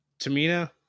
Tamina